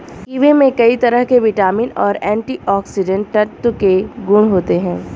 kiwi में कई तरह के विटामिन और एंटीऑक्सीडेंट तत्व के गुण होते है